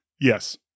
Yes